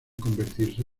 convertirse